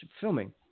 filming